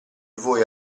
voi